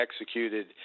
executed